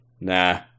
nah